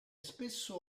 spesso